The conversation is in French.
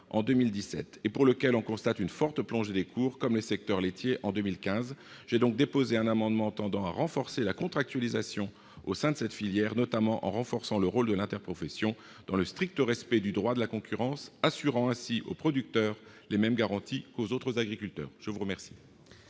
en 2017 et pour lequel on constate une forte plongée des cours, comme ce fut le cas pour le secteur laitier en 2015. À cet égard, j'ai déposé un amendement tendant à renforcer la contractualisation au sein de cette filière, notamment en affermissant le rôle de l'interprofession, dans le strict respect du droit de la concurrence, assurant ainsi aux producteurs les mêmes garanties qu'aux autres agriculteurs. Très bien